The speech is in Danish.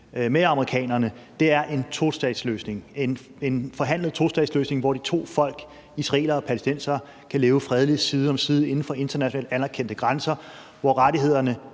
en tostatsløsning – en forhandlet tostatsløsning, hvor de to folk, israelere og palæstinensere, kan leve fredeligt side om side inden for internationalt anerkendt grænser, hvor rettighederne